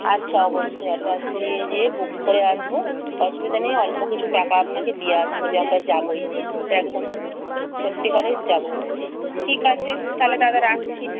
আচ্ছা অবশ্যই অ্যাডভান্স নিয়ে গিয়ে বুক করে আসবো অসুবিধা নেই অল্প কিছু টাকা আপনাকে দিয়ে আসবো যে আমরা যাবোই ওটা একদম সত্যিকারের যাবোই ঠিক আছে তাহলে দাদা রাখছি